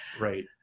right